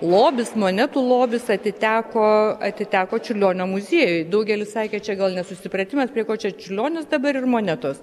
lobis monetų lobis atiteko atiteko čiurlionio muziejui daugelis sakė čia gal nesusipratimas prie ko čia čiurlionis dabar ir monetos